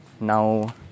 now